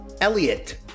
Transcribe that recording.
Elliot